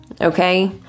okay